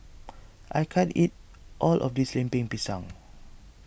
I can't eat all of this Lemper Pisang